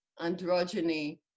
androgyny